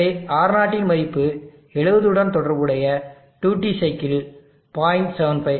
எனவே R0 இன் மதிப்பு 70 உடன் தொடர்புடைய டியூட்டி சைக்கிள் 0